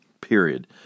period